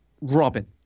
Robin